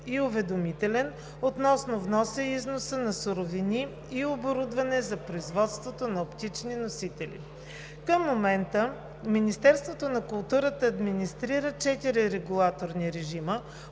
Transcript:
и уведомителен – относно вноса и износа на суровини, и оборудване за производство на оптични носители. Към момента Министерството на културата администрира четири регулаторни режима,